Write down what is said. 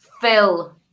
fill